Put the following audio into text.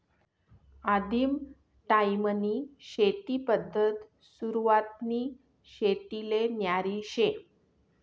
आदिम टायीमनी शेती पद्धत सुरवातनी शेतीले न्यारी शे